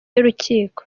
y’urukiko